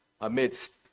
amidst